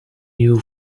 new